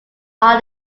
are